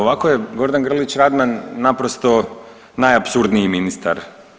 Ovako je Gordan Grlić Radman naprosto najapsurdniji ministar.